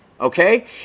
okay